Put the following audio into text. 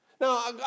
Now